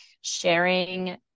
sharing